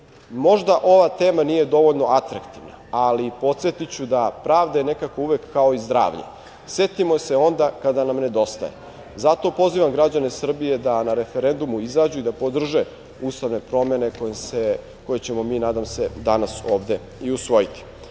Možda ova tema nije dovoljno atraktivna, ali podsetiću da je pravda nekako uvek kao zdravlje, setimo je se onda kada nam nedostaje. Zato, pozivam građane Srbije da na referendumu izađu i da podrže ustavne promene koje ćemo mi, nadam se, danas ovde i usvojiti.Za